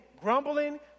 grumbling